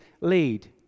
lead